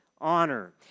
Honor